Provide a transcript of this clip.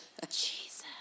Jesus